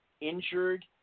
injured